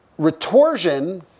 Retorsion